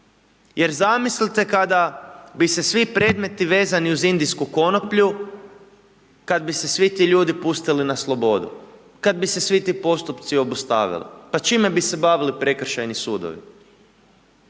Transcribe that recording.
Jer zamislite kada bi se svi predmeti vezani uz indijsku konoplju, kad bi se svi ti ljudi pustili na slobodu, kad bi se svi ti postupci obustavili, pa čime bi se bavili prekršajni sudovi,